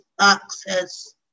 access